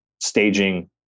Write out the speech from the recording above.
staging